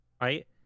Right